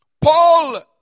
Paul